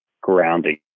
grounding